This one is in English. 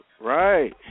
Right